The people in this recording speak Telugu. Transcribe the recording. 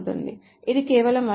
ఇది కేవలం 1 1 మరియు 2 1